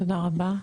תודה רבה.